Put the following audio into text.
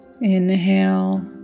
Inhale